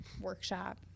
workshop